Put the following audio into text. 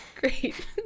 Great